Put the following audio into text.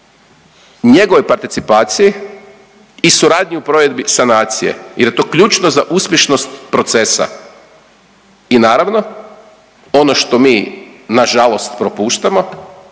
njegovoj participaciji i suradnji u provedbi sanacije jer je to ključno za uspješnost procesa. I naravno ono što mi na žalost propuštamo